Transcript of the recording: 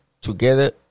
Together